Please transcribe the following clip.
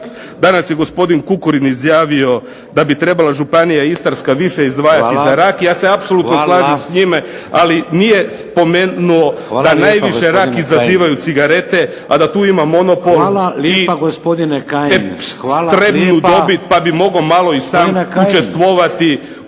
Danas je gospodin Kukurin izjavio da bi trebala Županija istarska više izdvajati za rak. Ja se apsolutno slažem s njime, ali nije spomenuo da najviše rak izazivaju cigarete, a da tu ima monopol... **Šeks, Vladimir (HDZ)** Hvala lijepa gospodine Kajin.